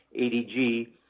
ADG